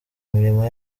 imirimo